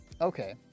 okay